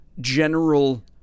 general